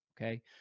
okay